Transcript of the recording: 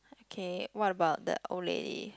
K what about the old lady